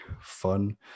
fun